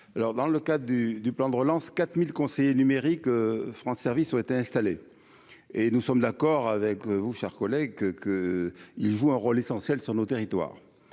dans le cas du du plan de relance 4000 conseillers numérique France service ont été installés et nous sommes d'accord avec vous, chers collègues, que que il joue un rôle essentiel sur nos territoires,